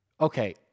okay